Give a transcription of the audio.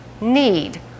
need